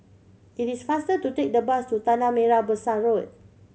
it is faster to take the bus to Tanah Merah Besar Road